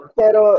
pero